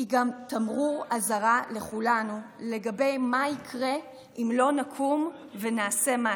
היא גם תמרור אזהרה לכולנו לגבי מה יקרה אם לא נקום ונעשה מעשה.